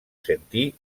sentí